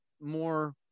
more